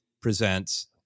presents